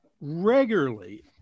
regularly